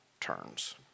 turns